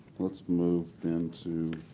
let's move into